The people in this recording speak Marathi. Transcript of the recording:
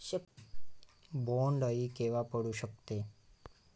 बोंड अळी केव्हा पडू शकते?